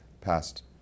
passed